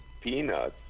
peanuts